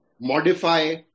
modify